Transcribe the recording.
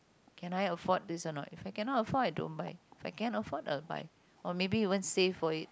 can I afford this or not if I cannot afford don't buy if I can afford I'll buy or maybe even save for it